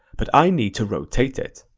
but i need to rotate it.